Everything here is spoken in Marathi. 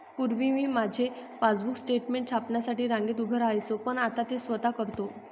पूर्वी मी माझे पासबुक स्टेटमेंट छापण्यासाठी रांगेत उभे राहायचो पण आता ते स्वतः करतो